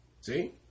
See